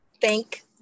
thank